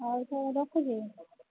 ହଉ ତାହେଲେ ରଖୁଛି